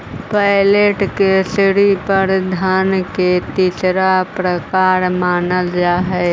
flat currency के धन के तीसरा प्रकार मानल जा हई